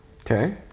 Okay